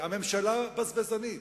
הממשלה בזבזנית.